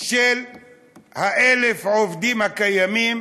של 1,000 העובדים הקיימים